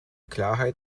klarheit